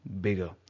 bigger